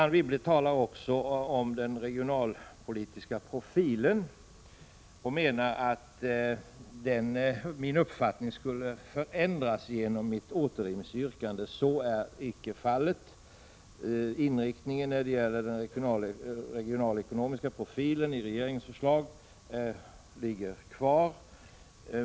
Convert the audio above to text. Anne Wibble talar också om den regionalpolitiska profilen och menar att min uppfattning skulle förändras genom mitt återremissyrkande. Så är icke fallet. Inriktningen i regeringens förslag när det gäller den regionalekonomiska profilen ligger kvar.